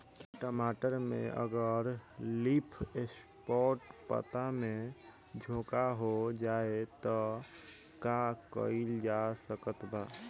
टमाटर में अगर लीफ स्पॉट पता में झोंका हो जाएँ त का कइल जा सकत बा?